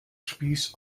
spieß